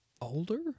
older